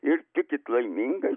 ir tikit laimingas